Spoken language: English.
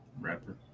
Rapper